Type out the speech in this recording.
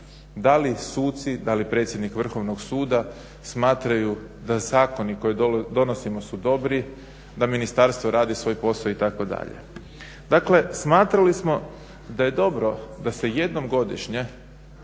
da li suci, da li predsjednik Vrhovnog suda, smatraju da zakoni koje donosimo su dobri, da ministarstvo radi svoj posao itd. Dakle, smatrali smo da je dobro da se jednom godišnje